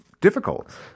difficult